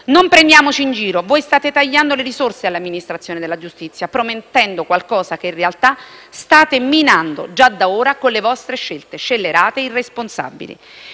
Non prendiamoci in giro: voi state tagliando le risorse all'amministrazione della giustizia, promettendo qualcosa che in realtà state minando già da ora con le vostre scelte scellerate e irresponsabili.